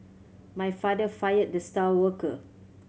my father fired the star worker